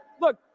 look